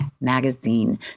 magazine